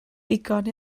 digon